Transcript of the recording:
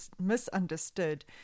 misunderstood